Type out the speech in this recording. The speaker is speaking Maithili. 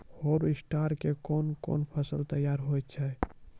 हार्वेस्टर के कोन कोन फसल तैयार होय छै?